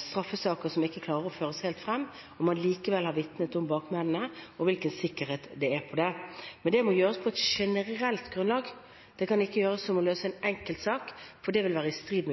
straffesaker som man ikke klarer å føre helt frem, når man likevel har vitnet om bakmennene, og hvilken sikkerhet det er på det. Men det må gjøres på et generelt grunnlag. Det kan ikke gjøres for å løse en enkeltsak, for det vil være i strid